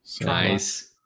Nice